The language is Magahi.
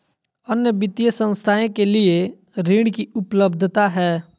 अन्य वित्तीय संस्थाएं के लिए ऋण की उपलब्धता है?